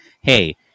hey